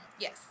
Yes